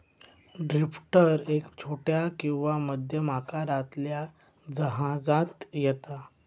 drifter एक छोट्या किंवा मध्यम आकारातल्या जहाजांत येता